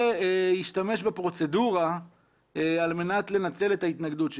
וישתמש בפרוצדורה על מנת לנצל את ההתנגדות שלו.